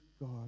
God